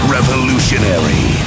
Revolutionary